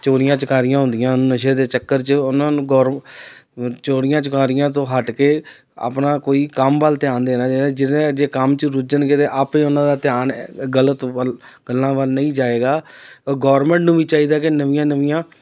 ਚੋਰੀਆਂ ਚਕਾਰੀਆਂ ਹੁੰਦੀਆਂ ਹਨ ਨਸ਼ੇ ਦੇ ਚੱਕਰ 'ਚ ਉਹਨਾਂ ਨੂੰ ਗੌਰਵ ਚੋਰੀਆਂ ਚਕਾਰੀਆਂ ਤੋਂ ਹੱਟ ਕੇ ਆਪਣਾ ਕੋਈ ਕੰਮ ਵੱਲ ਧਿਆਨ ਦੇਣਾ ਚਾਹੀਦਾ ਜਿਹਦੇ ਜੇ ਕੰਮ 'ਚ ਰੁੱਝਣਗੇ ਤਾਂ ਆਪੇ ਉਹਨਾਂ ਦਾ ਧਿਆਨ ਗਲਤ ਵੱਲ ਗੱਲਾਂ ਵੱਲ ਨਹੀਂ ਜਾਏਗਾ ਅਗੌਰਮਿੰਟ ਨੂੰ ਵੀ ਚਾਹੀਦਾ ਕਿ ਨਵੀਆਂ ਨਵੀਆਂ